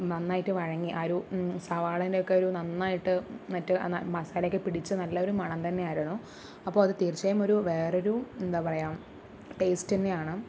നന്നായിട്ട് വഴങ്ങി ആ ഒരു സവാളയുടെ ഒക്കെ ഒരു നന്നായിട്ട് മറ്റ് മസാലയൊക്കെ പിടിച്ച് നല്ലൊരു മണം തന്നെയായിരുന്നു അപ്പോൾ അത് തീർച്ചയായും ഒരു വേറെ ഒരു എന്താ പറയുക ടേസ്റ്റ് തന്നെയാണ്